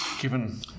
given